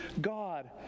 God